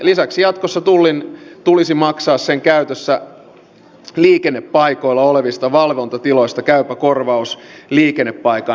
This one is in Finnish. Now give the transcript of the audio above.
lisäksi jatkossa tullin tulisi maksaa sen käytössä liikennepaikoilla olevista valvontatiloista käypä korvaus liikennepaikan haltijalle